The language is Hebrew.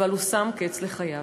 אבל הוא שם קץ לחייו.